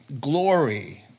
glory